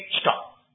stop